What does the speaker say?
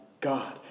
God